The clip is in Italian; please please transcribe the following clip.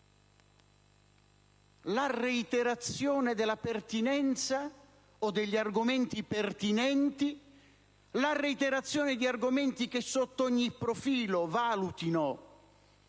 La reiterazione della pertinenza o degli argomenti pertinenti, la reiterazione di argomenti che sotto ogni profilo valutino